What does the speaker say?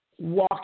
walk